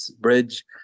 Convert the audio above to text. bridge